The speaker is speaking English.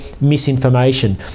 misinformation